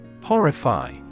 Horrify